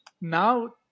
now